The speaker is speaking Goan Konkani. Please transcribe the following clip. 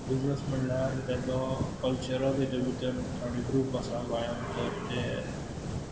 बिजनस म्हणल्यार तेचो कल्चरा भितर थोडे ग्रूप आसात गोंयांत जे